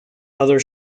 other